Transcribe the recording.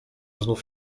znów